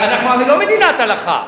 אנחנו הרי לא מדינת הלכה.